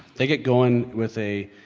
the get going with a,